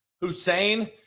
Hussein